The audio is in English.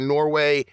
Norway